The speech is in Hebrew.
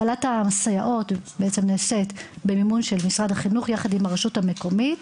הפעלת הסייעות בעצם נעשית במימון של משרד החינוך יחד עם הרשות המקומית,